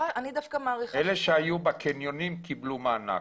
אלה שהיו בקניונים קיבלו מענק.